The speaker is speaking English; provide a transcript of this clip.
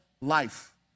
life